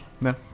No